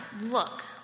Look